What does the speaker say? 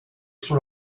sur